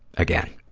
again,